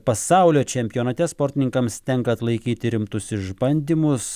pasaulio čempionate sportininkams tenka atlaikyti rimtus išbandymus